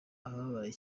abababaye